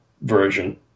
version